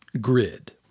grid